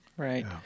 Right